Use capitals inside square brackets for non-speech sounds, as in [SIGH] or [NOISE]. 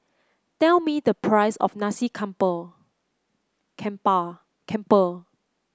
tell me the price of Nasi Campur [UNINTELLIGIBLE] campur